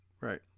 Right